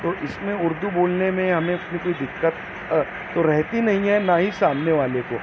تو اس میں اردو بولنے میں ہمیں کوئی دقت تو رہتی نہیں ہے نا ہی سامنے والے کو